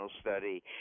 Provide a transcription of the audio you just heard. study